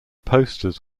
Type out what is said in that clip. posters